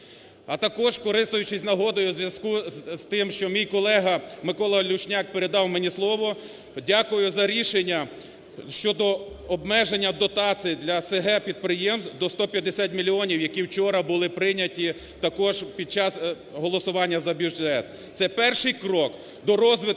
А також користуючись нагодою, у зв'язку з тим, що мій колега Микола Люшняк передав мені слово, дякую за рішення щодо обмеження дотацій для с/г підприємств до 150 мільйонів, які вчора були прийняті також під час голосування за бюджет. Це перший крок до розвитку